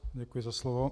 Děkuji za slovo.